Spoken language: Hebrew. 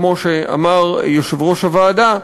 כמו שאמר יושב-ראש הוועדה,